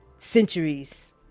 centuries